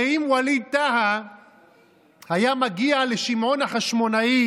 הרי אם ווליד טאהא היה מגיע לשמעון החשמונאי